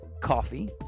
Coffee